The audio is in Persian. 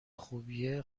خوبیه